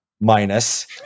Minus